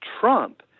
Trump